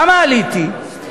למה עליתי?